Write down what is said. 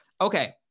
Okay